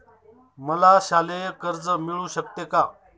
मला शालेय कर्ज मिळू शकते का?